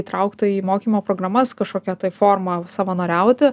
įtraukta į mokymo programas kažkokia forma savanoriauti